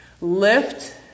lift